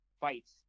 fights